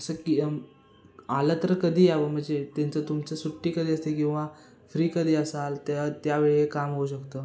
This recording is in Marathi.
की आलं तर कधी यावं म्हणजे त्यांचं तुमचं सुट्टी कधी असते किंवा फ्री कधी असाल त्या त्यावेळी हे काम होऊ शकतं